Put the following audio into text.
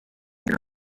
your